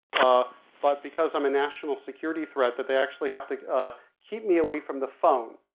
but because i'm a national security threat that they actually have to ah keep me away from the phone.